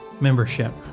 membership